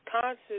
concert